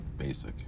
basic